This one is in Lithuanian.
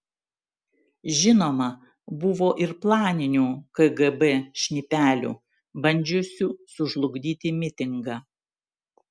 žinoma buvo ir planinių kgb šnipelių bandžiusių sužlugdyti mitingą